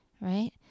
Right